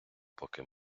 поки